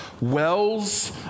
wells